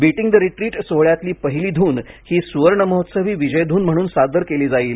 beating the retreat सोहळ्यातली पहिली धून ही सुवर्णमहोत्सवी विजय धून म्हणून सादर केली जाईल